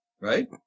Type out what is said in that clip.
right